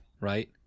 right